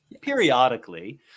periodically